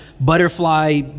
butterfly